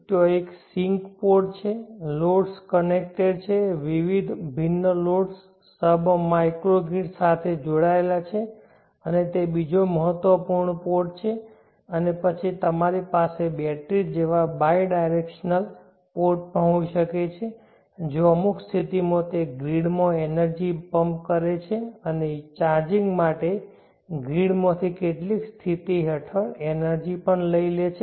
ત્યાં એક sink port છે લોડ્સ કનેક્ટેડ છે વિવિધ ભિન્ન લોડ્સ સબ માઇક્રોગ્રિડ સાથે જોડાયેલા છે અને તે બીજો મહત્વપૂર્ણ પોર્ટ છે અને પછી તમારી પાસે બેટરી જેવા બાઈ ડિરેક્શનલ પોર્ટ પણ હોઈ શકે છે જ્યાં અમુક સ્થિતિમાં તે ગ્રિડ માં એનર્જી ને પંપ કરે છે અને ચાર્જિંગ માટે ગ્રીડમાંથી કેટલીક સ્થિતિ હેઠળ એનર્જી લઇ પણ લે છે